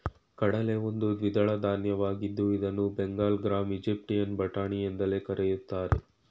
ಕಡಲೆ ಒಂದು ದ್ವಿದಳ ಧಾನ್ಯವಾಗಿದ್ದು ಇದನ್ನು ಬೆಂಗಲ್ ಗ್ರಾಂ, ಈಜಿಪ್ಟಿಯನ್ ಬಟಾಣಿ ಎಂದೆಲ್ಲಾ ಕರಿತಾರೆ